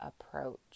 approach